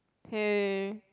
hey